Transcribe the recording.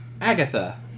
Agatha